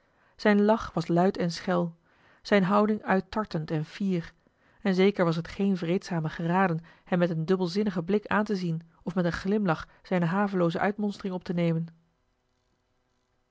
zijn lach was luid en schel zijne houding uittartend en fier en zeker was het geen vreedzame geraden hem met een dubbelzinnigen blik aan te zien of met een glimlach zijne havelooze uitmonstering op te nemen